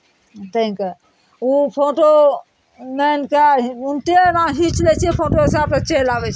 टाङ्गि कऽ ओ फोटो नान्हि टा ही उन्टे एना घीच लै छियै फोटो ओहिठाँसँ चलि आबै